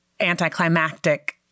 anticlimactic